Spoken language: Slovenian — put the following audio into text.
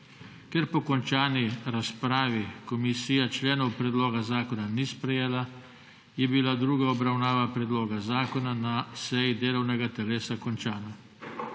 Ker po končani razpravi komisija členov predloga zakona ni sprejela, je bila druga obravnava predloga zakona na seji delovnega telesa končana.